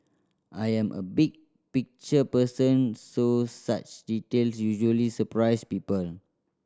I am a big picture person so such detail usually surprise people